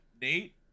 Nate